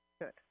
Good